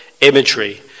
imagery